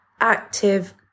active